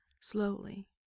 slowly